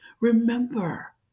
Remember